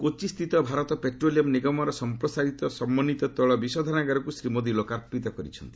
କୋଚି ସ୍ଥିତ ଭାରତ ପେଟ୍ରୋଲିୟମ୍ ନିଗମର ସମ୍ପ୍ରସାରିତ ସମନ୍ଧିତ ତୈଳ ବିଶୋଧନାଗାରକୁ ଶ୍ରୀ ମୋଦି ଲୋକାର୍ପିତ କରିଛନ୍ତି